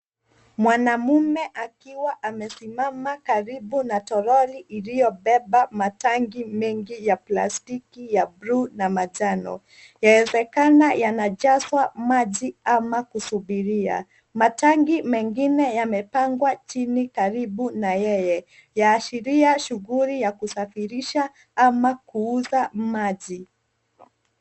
Mwanaume akiwa amesimama karibu na toroli iliyobeba matanki mengi ya plastiki ya bluu na manjano. Yawezekana yanajazwa maji ama kusubiria. Matanki mengine yamepangwa chini karibu na yeye. Yaashiria shughuli ya kusafirisha ama kuuza maji.